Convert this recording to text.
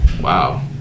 Wow